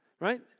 Right